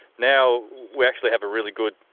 now we actually have a really good,